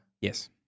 Yes